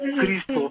Cristo